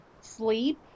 sleep